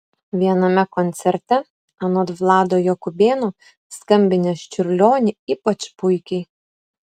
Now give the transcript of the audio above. viename koncerte anot vlado jakubėno skambinęs čiurlionį ypač puikiai